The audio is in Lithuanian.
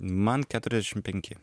man keturiasdešim penki